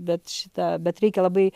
bet šitą bet reikia labai